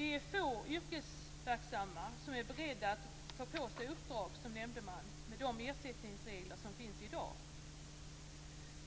Det är få yrkesverksamma som med de ersättningsregler som finns i dag är beredda att ta på sig ett uppdrag som nämndeman.